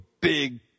big